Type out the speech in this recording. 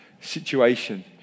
situation